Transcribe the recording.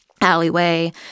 alleyway